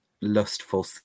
lustful